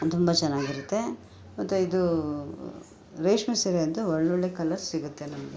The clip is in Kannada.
ತುಂಬ ಚೆನ್ನಾಗಿರುತ್ತೆ ಮತ್ತು ಇದು ರೇಷ್ಮೆ ಸೀರೆಯಂತೂ ಒಳ್ಳೊಳ್ಳೆ ಕಲರ್ ಸಿಗುತ್ತೆ ನಮಗೆ